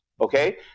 okay